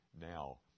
now